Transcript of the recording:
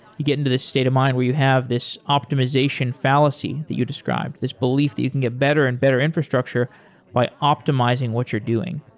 you get into this state of mind where you have this optimization fallacy that you described, this belief that you can get better and better infrastructure by optimizing what you're doing.